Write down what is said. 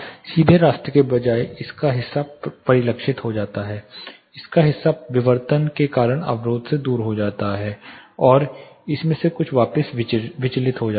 सीधे रास्ते के बजाय इसका हिस्सा परावर्तित होता है इसका हिस्सा विवर्तन के कारण अवरोध से दूर हो जाता है और इसमें से कुछ वापस विचलित हो जाता है